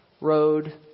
Road